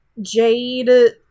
Jade